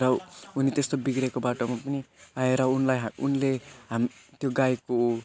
र उनी त्यस्तो बिग्रेको बाटोमा पनि आएर उनलाई उनले हामी त्यो गाईको